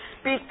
speak